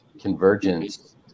convergence